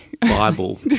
Bible